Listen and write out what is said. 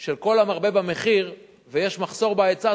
של כל המרבה במחיר ויש מחסור בהיצע,